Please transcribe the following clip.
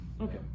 Okay